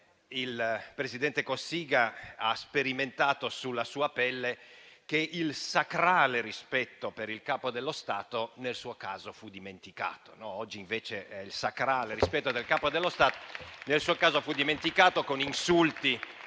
il presidente Cossiga ha sperimentato sulla sua pelle che il sacrale rispetto per il Capo dello Stato nel suo caso fu dimenticato. Ripeto, il sacrale rispetto del Capo dello Stato nel suo caso fu dimenticato, con insulti